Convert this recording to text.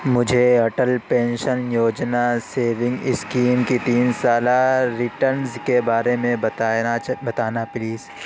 مجھے Atal pension Yojana saving scheme کی تین سالہ ریٹرنز کے بارے میں بتائے نا بتانا پلیز